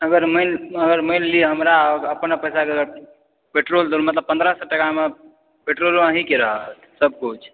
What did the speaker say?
अगर मानि लियऽ हमरा अपना पैसाके पेट्रोल मतलब पन्द्रह सए टाकामे पेट्रोलो अहींकेँ रहत सब कुछ